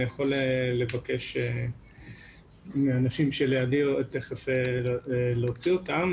אני יכול לבקש מאנשים שלידי להוציא אותם.